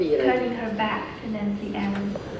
turning her back to nancy ellen,